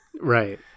Right